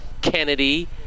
Kennedy